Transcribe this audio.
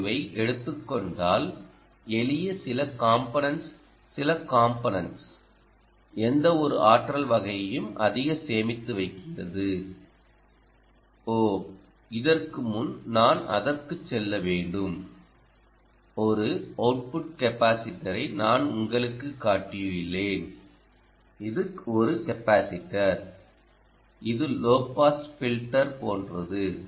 ஓஐ எடுத்துக் கொண்டால் எளிய சில காம்போனென்ட்ஸ் சில காம்போனென்ட்ஸ் எந்தவொரு ஆற்றல் வகையையும் அதிக சேமித்து வைக்கிறது ஓ இதற்கு முன் நான் அதற்குச் செல்ல வேண்டும் ஒரு அவுட்புட் கெபாஸிடரை நான் உங்களுக்குக் காட்டியுள்ளேன் இது ஒரு கெபாஸிடர் இது லோ பாஸ் ஃபில்டர் போன்றது